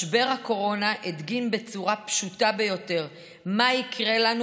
משבר הקורונה הדגים בצורה פשוטה ביותר מה יקרה לנו